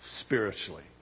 spiritually